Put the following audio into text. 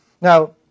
Now